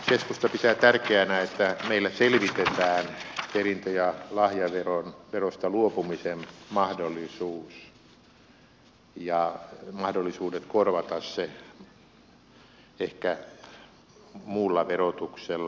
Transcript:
keskusta pitää tärkeänä että meillä selvitetään perintö ja lahjaverosta luopumisen mahdollisuus ja mahdollisuudet korvata se ehkä muulla verotuksella